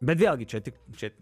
bet vėlgi čia tik čia